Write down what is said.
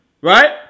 right